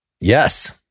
Yes